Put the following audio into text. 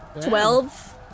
twelve